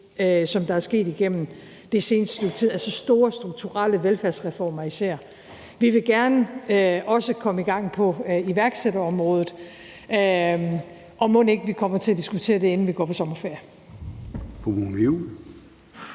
som det er sket igennem det seneste stykke tid, altså især store strukturelle velfærdsreformer. Vi vil gerne også komme i gang på iværksætterområdet. Og mon ikke vi kommer til at diskutere det, inden vi går på sommerferie?